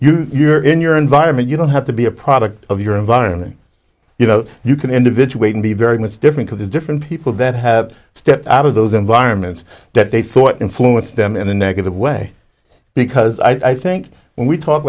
yes you're in your environment you don't have to be a product of your environment you know you can individuating be very much different to different people that have stepped out of those environments that they thought influence them in a negative way because i think when we talk